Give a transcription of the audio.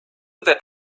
that